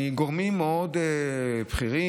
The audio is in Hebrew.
מגורמים מאוד בכירים,